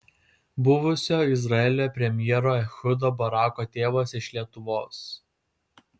buvusio izraelio premjero ehudo barako tėvas iš lietuvos